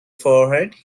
forehead